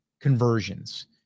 conversions